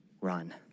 Run